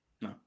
No